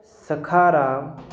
Sakharam